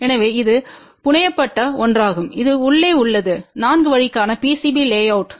எனவே இது புனையப்பட்ட ஒன்றாகும் இது உள்ளே உள்ளது 4 வழிக்கான PCB லேஅவுட்